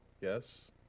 yes